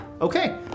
Okay